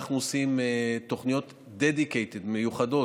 אנחנו עושים תוכניות שהן dedicated, מיוחדות.